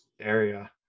area